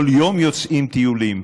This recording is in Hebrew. כל יום יוצאים טיולים.